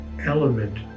element